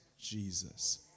Jesus